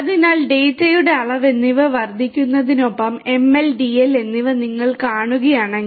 അതിനാൽ ഡാറ്റയുടെ അളവ് എന്നിവ വർദ്ധിക്കുന്നതിനൊപ്പം ML DL എന്നിവ നിങ്ങൾ കാണുകയാണെങ്കിൽ